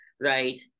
right